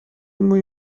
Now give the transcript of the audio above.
موی